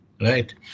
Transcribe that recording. Right